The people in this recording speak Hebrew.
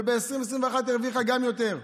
וב-2021 היא הרוויחה גם יותר.